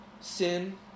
sin